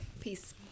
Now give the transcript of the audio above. peace